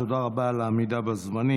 תודה רבה על העמידה בזמנים.